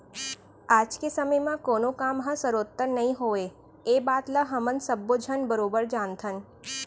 आज के समे म कोनों काम ह सरोत्तर नइ होवय ए बात ल हमन सब्बो झन बरोबर जानथन